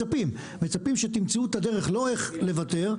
מצפים שתמצאו את הדרך לא איך לוותר,